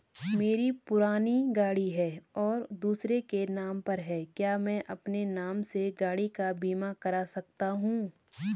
मेरी पुरानी गाड़ी है और दूसरे के नाम पर है क्या मैं अपने नाम से गाड़ी का बीमा कर सकता हूँ?